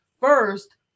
first